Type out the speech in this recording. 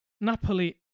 Napoli